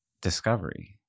discovery